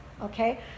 okay